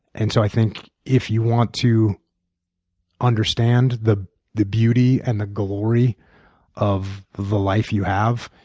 and so i think if you want to understand the the beauty and the glory of the life you have,